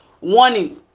warning